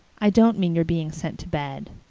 i don't mean your being sent to bed.